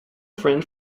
friend